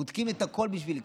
בודקים הכול בשביל לקנות,